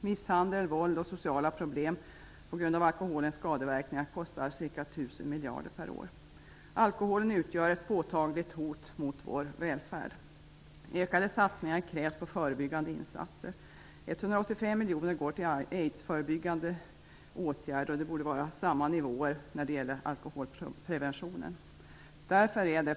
Misshandel, våld och sociala problem orsakade av alkoholens skadeverkningar kostar ca 1 000 miljarder kronor per år. Alkoholen utgör ett påtagligt hot mot vår välfärd. Det krävs ökade satsningar på förebyggande insatser. 185 miljoner kronor går till aidsförebyggande åtgärder. Det borde vara samma nivåer när det gäller alkoholpreventionen. Herr talman!